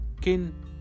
kin